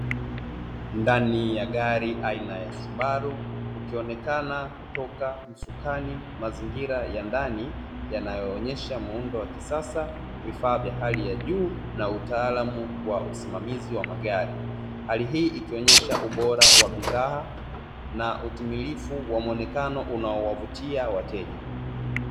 Ndani ya gari aina ya subaru ukionekana kutoka msukani, mazingira ya ndani yanayoonyesha muundo wa kisasa, vifaa vya hali ya juu na utaalamu wa usimamizi wa magari, hali hii ikionyesha ubora wa bidhaa na utimilifu wa muonekano unaowavutia wateja.